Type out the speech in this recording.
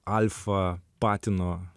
alfa patino